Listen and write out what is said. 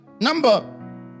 number